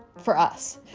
for us,